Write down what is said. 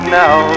now